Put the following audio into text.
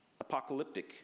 apocalyptic